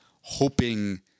hoping